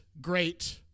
great